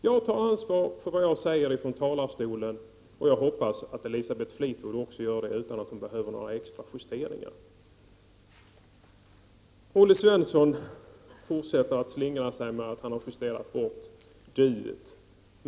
Jag tar ansvar för vad jag säger från talarstolen, och jag hoppas att Elisabeth Fleetwood också gör det utan att hon behöver några extra justeringar. Olle Svensson fortsätter att slingra sig med att han har justerat bort duet.